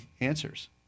answers